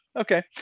Okay